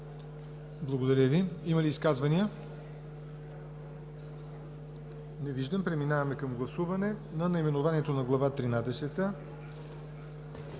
Благодаря Ви. Има ли изказвания? Не виждам желаещи. Преминаваме към гласуване на наименованието на Глава